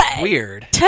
weird